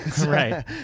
Right